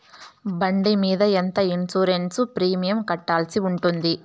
బండి మీద ఎంత ఇన్సూరెన్సు ప్రీమియం కట్టాల్సి ఉంటుంది?